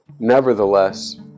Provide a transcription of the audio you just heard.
Nevertheless